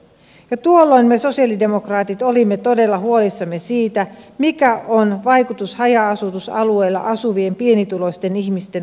jo tuolloin me sosialidemokraatit olimme todella huolissamme siitä mikä on vaikutus haja asutusalueilla asuvien pienituloisten ihmisten asemaan